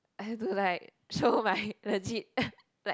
I have to like show my legit like